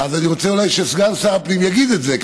אז אני רוצה שסגן שר הפנים יגיד את זה,